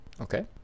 Okay